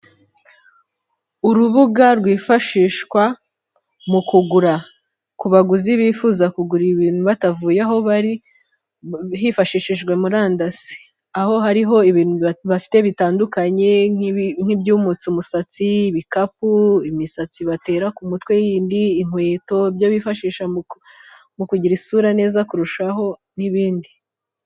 Urubuga rwifashishwa mu kugura. Kubaguzi bifuza kugura ibibintu batavuye aho bari hifashishijwe murandasi. Aho hariho ibintu bafite bitandukanye nk'ibyumisha imisatsi, ibikapu, imisatsi batera ku mutwe y'indi, inkweto ibyo bifashisha mu kugira isura neza kurushaho n'ibindi.